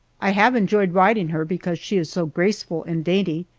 i have enjoyed riding her because she is so graceful and dainty,